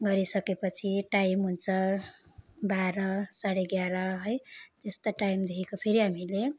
गरिसकेपछि टाइम हुन्छ बाह्र साढे ग्यारह है त्यस्तो टाइमदेखिको फेरि हामीले